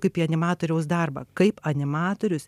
kaip į animatoriaus darbą kaip animatorius